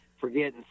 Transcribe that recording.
forgetting